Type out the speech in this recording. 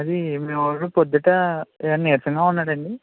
అది మీవోడు పొద్దుట ఏమైనా నీరసంగా ఉన్నాడా అండి